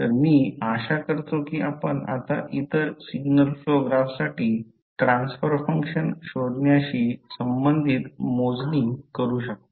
तर मी आशा करतो की आपण आता इतर सिग्नल फ्लो ग्राफसाठी ट्रान्सफर फंक्शन शोधण्याशी संबंधित मोजणी करू शकतो